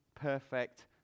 perfect